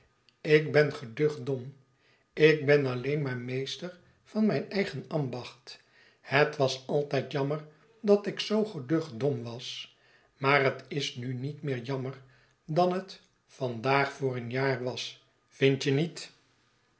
ik ben geducht dom ik ben alleen maar meester van mijn eigen ambacht het was altijd jammer dat ik zoo geducht dom was maar het is nu niet meer jammer dan het vandaag voor een jaar was vindt je niet